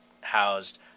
housed